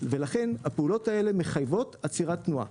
ולכן הפעולות האלה מחייבות עצירת תנועה.